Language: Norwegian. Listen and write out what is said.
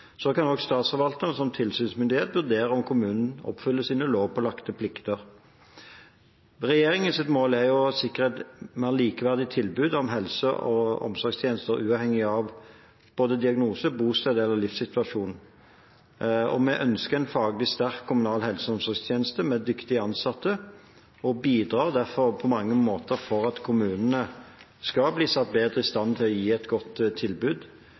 kommunen oppfyller sine lovpålagte plikter. Regjeringens mål er å sikre et mer likeverdig tilbud om helse- og omsorgstjenester uavhengig av diagnose, bosted eller livssituasjon. Vi ønsker en faglig sterk kommunal helse- og omsorgstjeneste med dyktige ansatte og bidrar derfor på mange måter for at kommunene skal bli satt bedre i stand til å gi et godt tilbud.